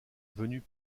venu